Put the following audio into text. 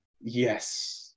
Yes